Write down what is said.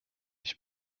ich